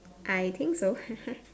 I think so